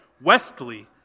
Westley